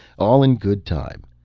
all in good time.